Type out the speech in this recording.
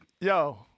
yo